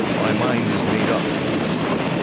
my mind is made up! zhong hui said.